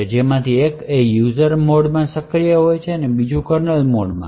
જેમાંથી એક જે યુઝર મોડમાં સક્રિય હોય અને બીજા કર્નલ મોડમાં છે